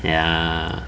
ya